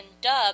dub